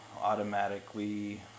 automatically